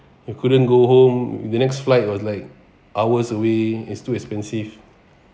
you couldn't go home the next flight was like hours away it's too expensive